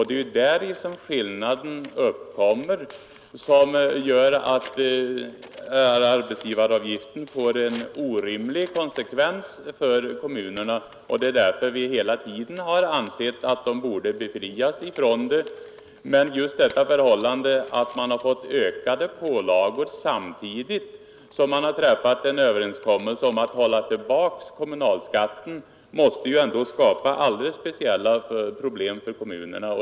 Det är däri den skillnad uppkommer som gör att arbetsgivaravgiften får en orimlig konsekvens för kommunerna, och det är därför vi hela tiden har ansett att de borde befrias från denna avgift. Just det förhållandet, att man har fått ökade pålagor i kommunerna samtidigt som man har träffat en överenskommelse om att hålla tillbaka kommunalskatten, måste ju ändå skapa alldeles speciella problem för kommunerna.